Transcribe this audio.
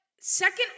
second